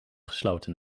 gesloten